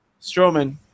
Strowman